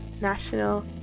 National